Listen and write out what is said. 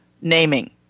naming